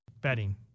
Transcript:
betting